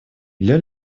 для